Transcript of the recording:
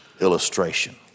illustration